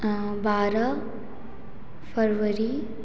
बारह फरवरी